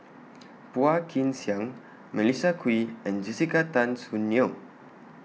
Phua Kin Siang Melissa Kwee and Jessica Tan Soon Neo